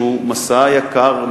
שהוא מסע יקר,